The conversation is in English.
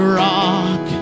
rock